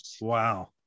Wow